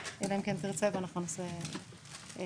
אלא אם כן תרצה ונעשה פאוזה.